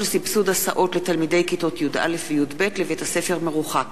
לסבסוד הסעות לתלמידי כיתות י"א וי"ב לבית-ספר מרוחק,